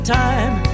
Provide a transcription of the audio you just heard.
time